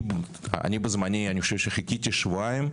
אני, בזמני, אני חושב שחיכיתי שבועיים.